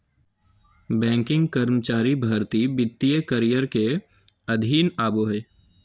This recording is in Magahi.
बैंकिंग कर्मचारी भर्ती वित्तीय करियर के अधीन आबो हय